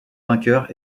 vainqueur